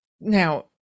now